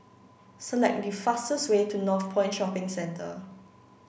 select the fastest way to Northpoint Shopping Centre